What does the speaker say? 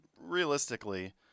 realistically